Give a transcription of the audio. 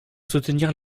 soutenir